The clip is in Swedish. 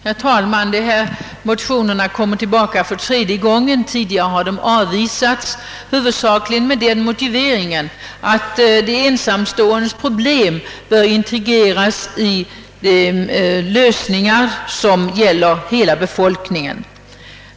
Herr talman! De motioner det här gäller har kommit tillbaka för tredje gången. Tidigare har de avvisats huvudsakligen med den motiveringen, att de ensamståendes problem bör integreras i de lösningar som gäller hela befolkningen.